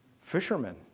fishermen